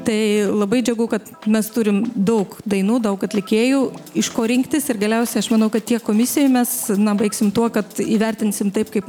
tai labai džiugu kad mes turim daug dainų daug atlikėjų iš ko rinktis ir galiausiai aš manau kad tiek komisijoj mes na baigsim tuo kad įvertinsim taip kaip